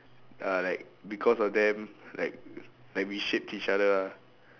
are like because of them like like we shaped each other ah